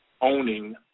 owning